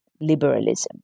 liberalism